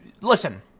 Listen